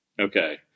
okay